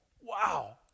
Wow